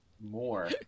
more